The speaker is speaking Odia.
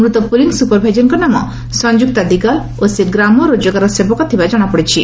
ମୃତ ପୁଲିଂ ସୁପରଭାଇଜରଙ୍କ ନାମ ସଂଯୁକ୍ତା ଦିଗାଲ ଓ ସେ ଗ୍ରାମ ରୋଜଗାର ସେବକ ଥିବା ଜଣାପଡିଛି